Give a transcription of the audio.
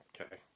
okay